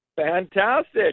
Fantastic